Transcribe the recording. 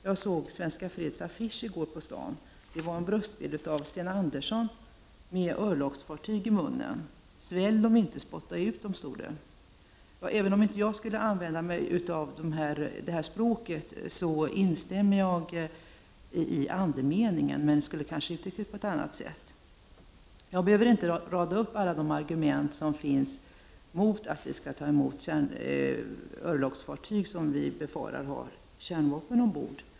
Jag såg i går en affisch på stan som Svenska freds stod bakom. Det var en bröstbild av Sten Andersson med örlogsfartyg i munnen. Texten löd: Svälj dem inte! Spotta ut! Jag skulle inte använda ett sådant språk. Men jag instämmer när det gäller andemeningen. Jag behöver inte rada upp alla argument som finns mot att vi skall behöva ta emot örlogsfartyg som man kan befara har kärnvapen ombord.